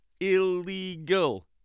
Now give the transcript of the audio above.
illegal